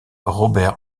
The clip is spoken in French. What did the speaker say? robert